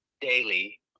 daily